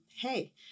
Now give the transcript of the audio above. hey